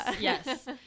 yes